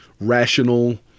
rational